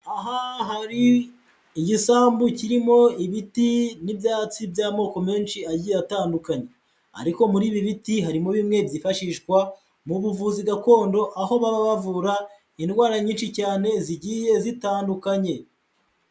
Aha hari igisambu kirimo ibiti n'ibyatsi by'amoko menshi agiye atandukanye, ariko muri ibi biti harimo bimwe byifashishwa mu buvuzi gakondo aho baba bavura indwara nyinshi cyane zigiye zitandukanye.